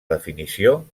definició